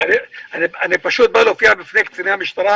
אני פשוט מופיע בפני קציני המשטרה